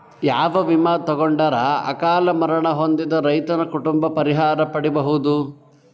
ಯಾವ ವಿಮಾ ತೊಗೊಂಡರ ಅಕಾಲ ಮರಣ ಹೊಂದಿದ ರೈತನ ಕುಟುಂಬ ಪರಿಹಾರ ಪಡಿಬಹುದು?